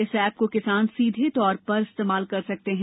इस ऐप को किसान सीधे तौर पर इस्तेमाल कर सकते हैं